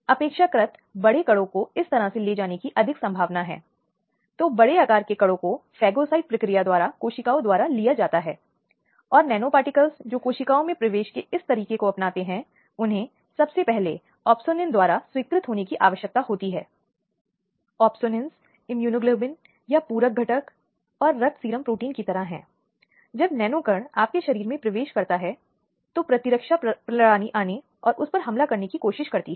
ज्यादातर मामलों में यह देखा गया है कि शिकायतों को खारिज कर दिया जाता है महिला पर अविश्वास किया जाता है उसका मजाक उड़ाया जाता है उसपर हंसा जाता है और उसे इस माध्यम से और अधिक आघात में डाल दिया जाता है क्योंकि वह न्याय प्रणाली का उपयोग करने की कोशिश कर रही है